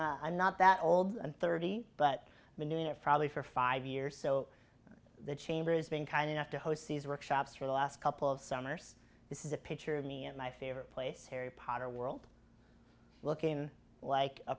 long i'm not that old and thirty but i've been doing it probably for five years so the chamber has been kind enough to host sees workshops for the last couple of summers this is a picture of me at my favorite place harry potter world looking like a